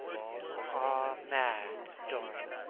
you are mad, dorian.